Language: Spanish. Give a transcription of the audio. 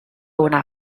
una